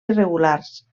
irregulars